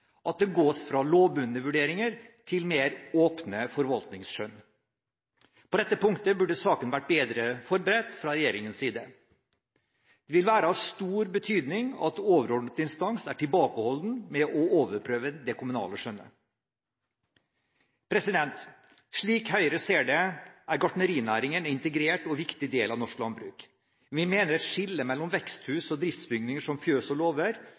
at det gås fra lovbundne vurderinger til mer åpne forvaltningsskjønn. På dette punktet burde saken vært bedre forberedt fra regjeringens side. Det vil være av stor betydning at overordnet instans er tilbakeholden med å overprøve det kommunale skjønnet. Slik Høyre ser det, er gartnerinæringen en integrert og viktig del av norsk landbruk. Vi mener et skille mellom veksthus og driftsbygninger som fjøs og